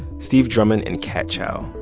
steve drummond and kat chow.